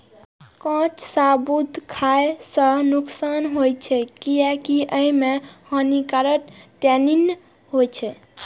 कांच शाहबलूत खाय सं नुकसान होइ छै, कियैकि अय मे हानिकारक टैनिन होइ छै